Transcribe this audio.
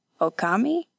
Okami